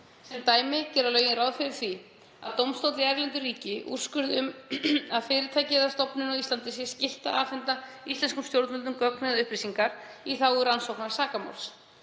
Sem dæmi gera lögin ráð fyrir því að dómstóll í erlendu ríki úrskurði um að fyrirtæki eða stofnun á Íslandi sé skylt að afhenda íslenskum stjórnvöldum gögn eða upplýsingar í þágu rannsóknar sakamáls.